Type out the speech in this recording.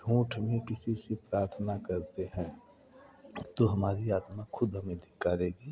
झूठ में किसी से प्रार्थना करते हैं तो हमारी आत्मा खुद हमें धिक्कारेगी